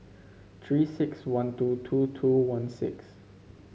Three six one two two two one six